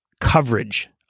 coverage